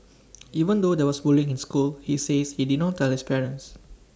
even though there was bullying in school he says he did not tell his parents